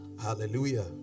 Hallelujah